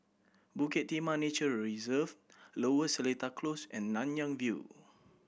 Bukit Timah Nature Reserve Lower Seletar Close and Nanyang View